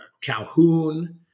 Calhoun